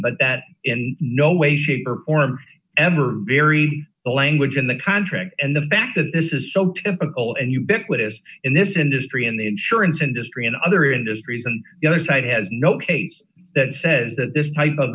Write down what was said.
but in no way shape or form ever bury the language in the contract and the fact that this is so typical and ubiquitous in this industry and the insurance industry and other industries and the other side has no case that says that this type of